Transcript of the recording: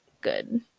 good